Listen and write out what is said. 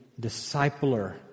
discipler